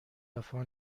وفا